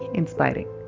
inspiring